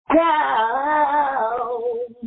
down